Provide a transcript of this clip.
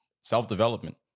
self-development